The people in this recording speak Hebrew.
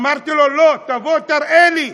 אמרתי לו: לא, תבוא, תראה לי.